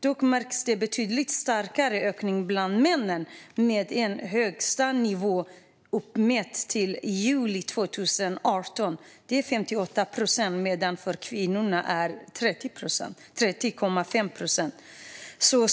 Dock märks en betydligt starkare ökning bland männen, med en högsta nivå uppmätt i juli 2018 på 58 procent medan den för kvinnorna var 30,5 procent.